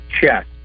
check